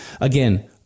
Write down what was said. again